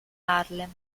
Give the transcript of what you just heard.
harlem